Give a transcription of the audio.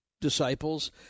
disciples